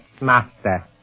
master